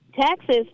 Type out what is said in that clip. Texas